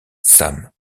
sam